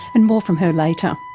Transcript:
and more from her later.